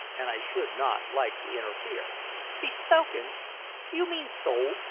and i should not like to interfere bespoken! do you mean sold?